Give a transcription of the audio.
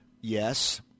Yes